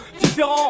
différent